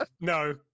no